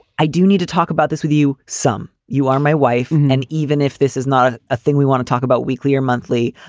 i do need to talk about this with you some. you are my wife. and even if this is not a ah thing we want to talk about weekly or monthly,